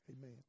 Amen